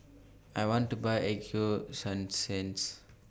I want to Buy Ego Sunsense